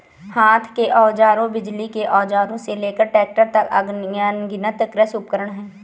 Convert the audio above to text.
हाथ के औजारों, बिजली के औजारों से लेकर ट्रैक्टरों तक, अनगिनत कृषि उपकरण हैं